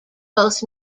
both